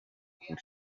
kure